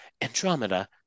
Andromeda